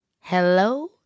Hello